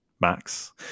Max